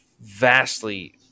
vastly